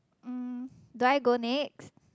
mm do I go next